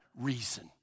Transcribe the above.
reason